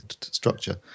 structure